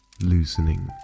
loosening